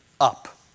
up